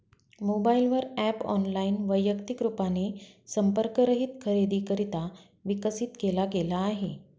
mobile वर app online, वैयक्तिक रूपाने संपर्क रहित खरेदीकरिता विकसित केला गेला आहे